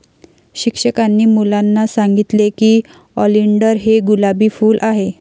शिक्षकांनी मुलांना सांगितले की ऑलिंडर हे गुलाबी फूल आहे